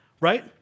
right